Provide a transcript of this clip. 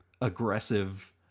aggressive